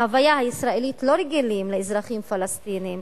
בהוויה הישראלית לא רגילים לאזרחים פלסטינים